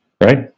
Right